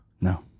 No